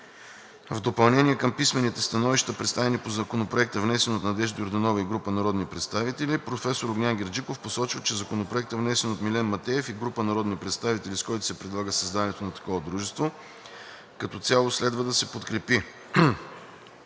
В допълнение към писмените становища, представени по Законопроекта, внесен от Надежда Йорданова и група народни представители, професор Огнян Герджиков посочва, че Законопроектът, внесен от Милен Матеев и група народни представители, с който се предлага създаването на дружество с променлив капитал, като цяло следва да се подкрепи.